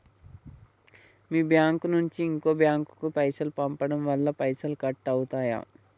మీ bank నుంచి ఇంకో bank కు పైసలు పంపడం వల్ల పైసలు కట్ అవుతయా?